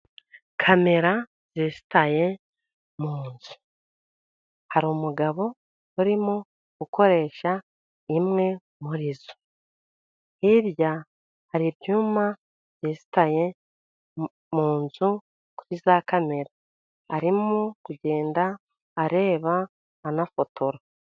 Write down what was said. Kamera yesitaye mu nzu. Hari umugabo urimo gukoresha imwe murizo, hirya hari ibyuma yesitaye mu nzu kuri za kamera ,arimo kugenda areba anafotora.